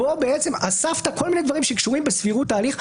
בו אספת כל מיני דברים שקשורים בסבירות ההליך.